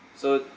so